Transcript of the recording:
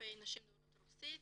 כלפי נשים דוברות רוסית.